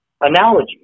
analogy